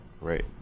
right